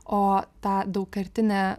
o tą daugkartinę